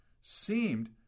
seemed